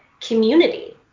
community